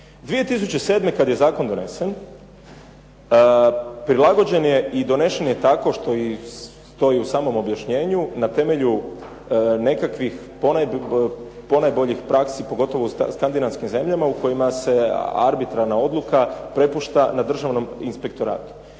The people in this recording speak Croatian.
2007. kad je zakon donesen prilagođen je i donesen je tako što i stoji u samom objašnjenju na temelju nekakvih ponajboljih praksi pogotovo u skandinavskim zemljama u kojima se arbitrarna odluka prepušta Državnom inspektoratu.